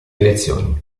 elezioni